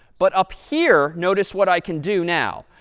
but up here, notice what i can do now.